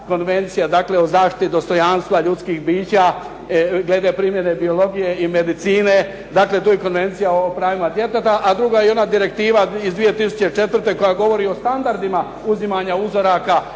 Konvencija o zaštiti dostojanstva ljudskih bića glede primjene biologije i medicine, dakle tu je Konvencija o pravima djeteta, a druga je i ona direktiva iz 2004. koja govori o standardima uzimanja uzoraka